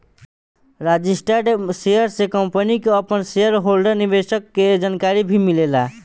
registered share से company के आपन शेयर होल्डर निवेशक के जानकारी भी मिलेला